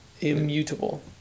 immutable